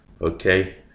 Okay